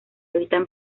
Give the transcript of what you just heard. habitan